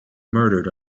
murdered